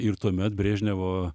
ir tuomet brežnevo